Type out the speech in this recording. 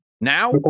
now